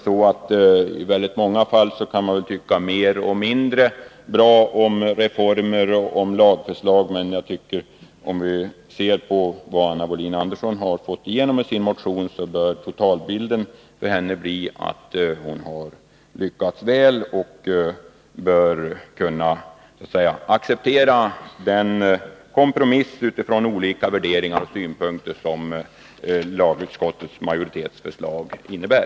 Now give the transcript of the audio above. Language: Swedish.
I väldigt många fall kan man tycka mer och mindre bra om reformer och lagförslag. Men om vi ser på vad Anna Wohlin-Andersson har fått igenom med sin motion, bör totalbilden bli att hon har lyckats väl och bör kunna acceptera den kompromiss — utifrån olika värderingar och synpunkter — som lagutskottets majoritets förslag innebär.